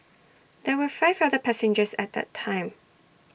there were five other passengers at A time